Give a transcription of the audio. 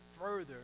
further